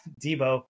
Debo